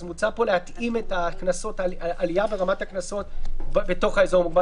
מוצע פה להתאים את העלייה ברמת הקנסות באזור המוגבל,